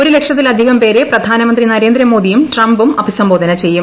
ഒരു ലക്ഷത്തിലധികം പേരെ പ്രധാനമന്ത്രി നരേന്ദ്രമോദിയും ട്രംപും അഭിസംബോധന ചെയ്യും